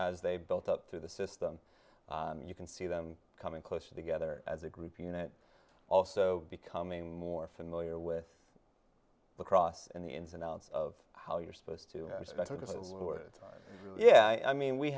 s they built up through the system you can see them coming closer together as a group unit also becoming more familiar with lacrosse and the ins and outs of how you're supposed to respect yeah i mean we